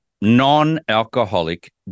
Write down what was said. non-alcoholic